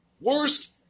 Worst